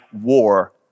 war